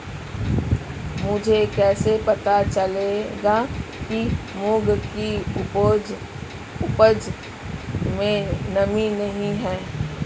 मुझे कैसे पता चलेगा कि मूंग की उपज में नमी नहीं है?